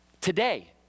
today